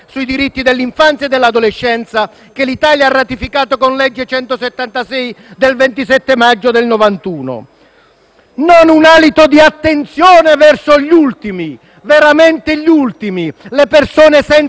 l'adolescenza, che l'Italia ha ratificato con la legge n.176 del 27 maggio del 1991. Non c'è un alito di attenzione verso coloro che sono veramente gli ultimi. Le persone senza fissa dimora